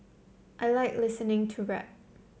I like listening to rap